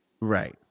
right